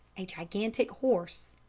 a gigantic horse,